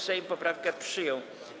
Sejm poprawkę przyjął.